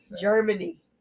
Germany